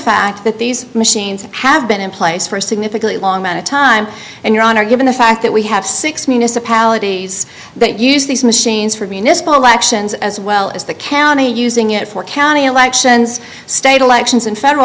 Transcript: fact that these machines have been in place for a significantly long time and your honor given the fact that we have six municipalities that use these machines for municipal elections as well as the county using it for county elections state elections and federal